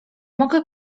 mogę